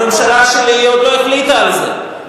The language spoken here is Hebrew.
הממשלה שלי עוד לא החליטה על זה.